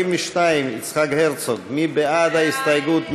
42, יצחק הרצוג, מי בעד ההסתייגות?